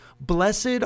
blessed